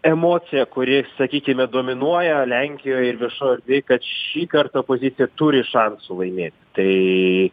emocija kuri sakykime dominuoja lenkijoj ir viešoj kad šįkart opozicija turi šansų laimėt tai